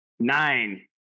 Nine